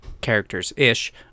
characters-ish